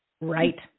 right